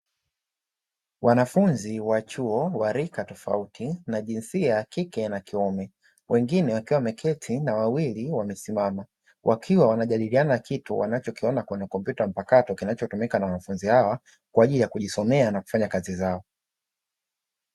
Wanafunzi wa chuo wa rika tofauti wa jinsia ya kike na kiume, wengine wakiwa wameketi na wawili wamesimama. Wakiwa wanajadiliana kitu wanachokiona kwenye kompyuta mpakato kinachotumika na wanafunzi hao, kwa ajili ya kujisomea na kufanya kazi zao.